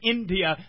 India